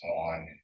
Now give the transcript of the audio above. on